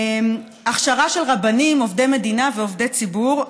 הכשרה של רבנים עובדי מדינה ועובדי ציבור.